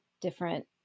different